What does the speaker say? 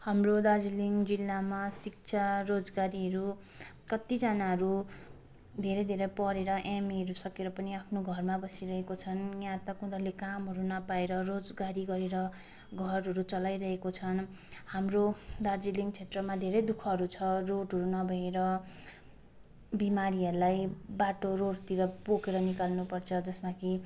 हाम्रो दार्जिलिङ जिल्लामा शिक्षा रोजगारीहरू कतिजनाहरू धेरै धेरै पढेर एमएहरू सकेर पनि आफ्नो घरमा बसिरहेको छन् यहाँ तक उनीहरूले कामहरू नपाएर रोजगारी गरेर घरहरू चलाइरहेको छन् हाम्रो दार्जिलिङ क्षेत्रमा धेरै दुःखहरू छ रोडहरू नभएर बिमारीहरूलाई बाटो रोडतिर बोकेर निकाल्नु पर्छ जसमा कि